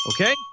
Okay